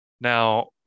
Now